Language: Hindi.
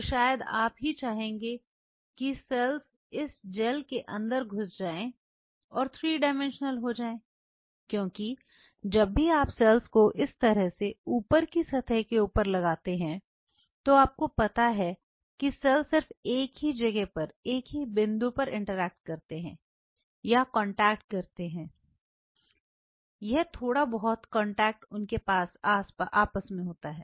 तो शायद आप ही चाहेंगे कि सेल्स इस जेल के अंदर घुस जाए और थ्री डाइमेंशनल हो जाएं क्योंकि जब भी आप सेल्स को इस तरह से ऊपर की सतह के ऊपर लगाते हैं तो आपको पता है कि सेल सिर्फ एक ही जगह पर एक ही बिंदु पर इंटरेक्ट करते हैं या कांटेक्ट रखते हैं यह थोड़ा बहुत कांटेक्ट उनका आपस में होता है